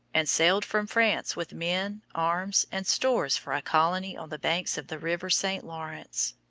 and sailed from france with men, arms, and stores for a colony on the banks of the river st lawrence.